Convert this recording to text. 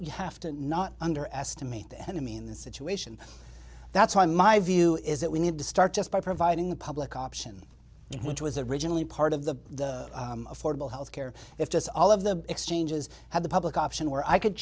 you have to not underestimate the enemy in this situation that's why my view is that we need to start just by providing the public option which was originally part of the affordable health care if this all of the exchanges had the public option where i could